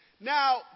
Now